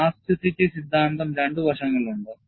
plasticity സിദ്ധാന്തം രണ്ട് വശങ്ങളുണ്ട്